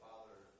Father